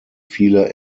viele